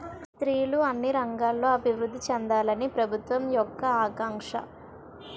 స్త్రీలు అన్ని రంగాల్లో అభివృద్ధి చెందాలని ప్రభుత్వం యొక్క ఆకాంక్ష